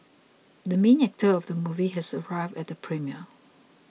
the main actor of the movie has arrived at premiere